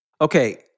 Okay